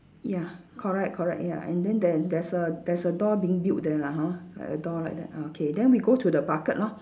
ya correct correct ya and then there there's a there's a door being built there lah hor like a door like that ah K then we go to the bucket lah